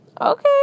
okay